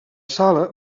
sala